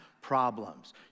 problems